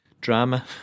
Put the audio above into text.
Drama